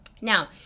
Now